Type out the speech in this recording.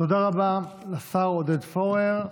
תודה רבה לשר עודד פורר.